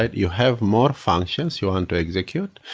ah you have more functions you want to execute.